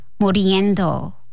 muriendo